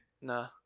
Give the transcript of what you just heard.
Nah